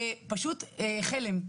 פשוט חלם.